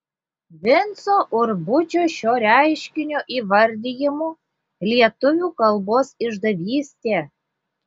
vinco urbučio šio reiškinio įvardijimu lietuvių kalbos išdavystė